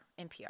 NPR